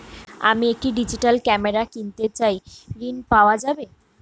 আমি একটি digital camera কিনতে চাই ঝণ পাওয়া যাবে?